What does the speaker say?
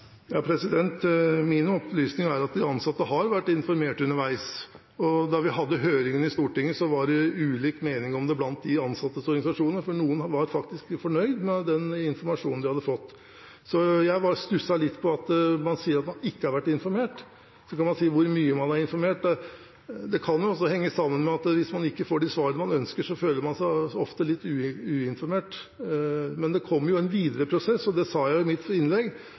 Min opplysning er at de ansatte har vært informert underveis, og da vi hadde høringen i Stortinget, var det ulike meninger om det blant de ansattes organisasjoner, for noen var faktisk fornøyd med den informasjonen de hadde fått. Jeg stusser litt over at man sier at man ikke har vært informert, og så kan man si hvor mye man har informert. Det kan også henge sammen med at hvis man ikke får de svarene man ønsker, så føler man seg ofte litt uinformert. Men det kommer jo en videre prosess, og jeg sa i mitt innlegg